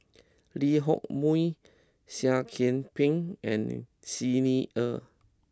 Lee Hock Moh Seah Kian Peng and Xi Ni Er